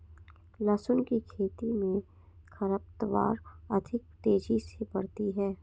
लहसुन की खेती मे खरपतवार अधिक तेजी से बढ़ती है